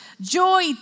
joy